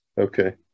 okay